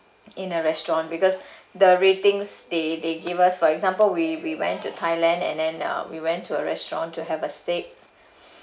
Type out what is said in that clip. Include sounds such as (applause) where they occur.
in a restaurant because (breath) the ratings they they give us for example we we went to thailand and then uh we went to a restaurant to have a steak (breath)